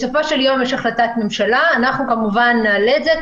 בסופו של יום יש החלטת ממשלה ואנחנו נעלה את זה,